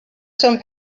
some